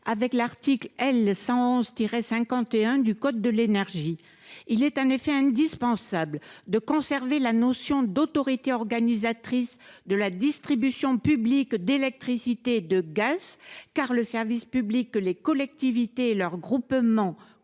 et l’article L. 111 51 du code de l’énergie. Il est en effet indispensable de conserver la notion d’autorité organisatrice de la distribution publique d’électricité et de gaz, car le service public que les collectivités et leurs groupements